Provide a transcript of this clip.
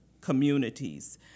communities